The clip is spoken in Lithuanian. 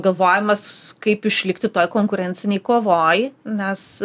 galvojimas kaip išlikti toj konkurencinėj kovoj nes